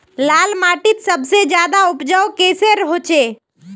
लाल माटित सबसे ज्यादा उपजाऊ किसेर होचए?